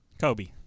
kobe